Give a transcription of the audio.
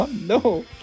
no